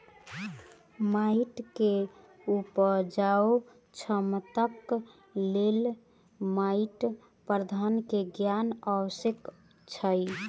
माइट के उपजाऊ क्षमताक लेल माइट प्रबंधन के ज्ञान आवश्यक अछि